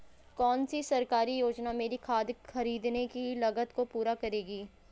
कौन सी सरकारी योजना मेरी खाद खरीदने की लागत को पूरा करेगी?